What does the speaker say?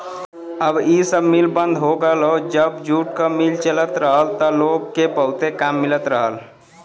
अब इ सब मिल बंद हो गयल हौ जब जूट क मिल चलत रहल त लोग के बहुते काम मिलत रहल